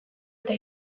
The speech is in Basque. eta